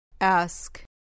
Ask